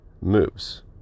moves